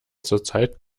zurzeit